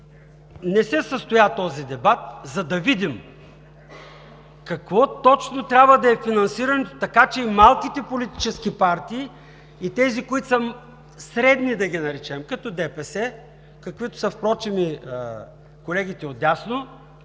Не се състоя този дебат, за да видим какво точно трябва да е финансирането, така че и малките политически партии, и тези, които са средни – да ги наречем – като ДПС, каквито са впрочем и колегите отдясно,